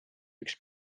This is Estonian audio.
üks